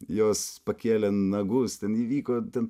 jos pakėlė nagus ten įvyko ten